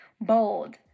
bold